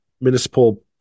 municipal